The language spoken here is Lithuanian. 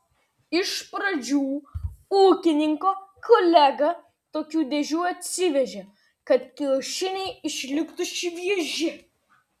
iš pradžių ūkininko kolega tokių dėžių atsivežė kad kiaušiniai išliktų švieži